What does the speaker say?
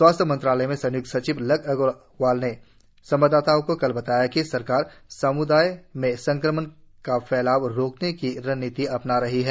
स्वास्थ्य मंत्रालय में संय्क्त सचिव लव अग्रवाल ने संवाददाताओं को कल बताया कि सरकार सम्दाय में संक्रमण का फैलाव रोकने की रणनीति अपना रही है